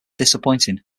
disappointing